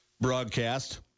broadcast